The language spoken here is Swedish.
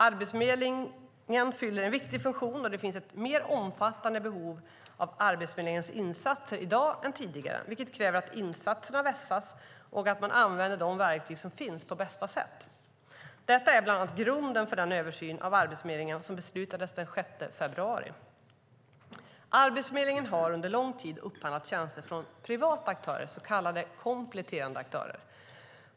Arbetsförmedlingen fyller en viktig funktion, och det finns ett mer omfattande behov av Arbetsförmedlingens insatser i dag än tidigare, vilket kräver att insatserna vässas och att man använder de verktyg som finns på bästa sätt. Bland annat detta är grunden för den översyn av Arbetsförmedlingen som beslutades den 6 februari. Arbetsförmedlingen har under lång tid upphandlat tjänster från privata aktörer, så kallade kompletterande aktörer.